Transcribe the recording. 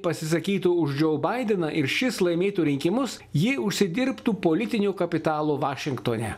pasisakytų už džo baideną ir šis laimėtų rinkimus ji užsidirbtų politinio kapitalo vašingtone